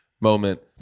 moment